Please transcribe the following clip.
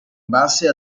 base